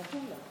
רשום לך.